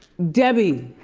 debi.